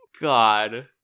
God